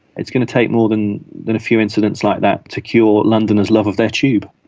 it's going to take more than than a few incidents like that to cure londoners' love of their tube.